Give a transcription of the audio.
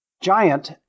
giant